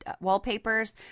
wallpapers